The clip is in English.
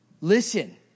Listen